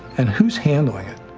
and who's handling it?